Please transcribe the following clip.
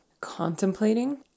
contemplating